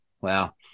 Wow